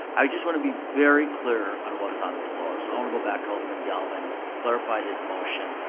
i just wanna be very clear on what's on the floor. so i wanna go back to alderman galvin, clarify his motion,